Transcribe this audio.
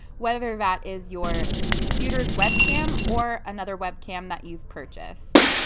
whether that is your computer's webcam, or another webcam that you've purchased.